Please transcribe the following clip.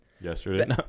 yesterday